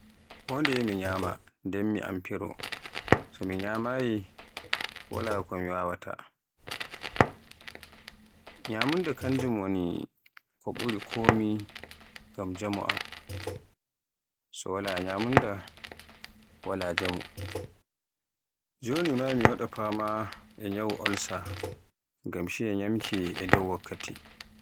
Kondeye na mi ñyami nden mi amfiron, so mi ñyamaayi wala komi wawaata, ñyamunda kanjum woni ko ɓuri komi ngam jaamu am, so Wala ñyamunda wala jaamu. Joni ma mi waɗa fama e nyawu olsa ngam shiya ñyamki e dow wakkati.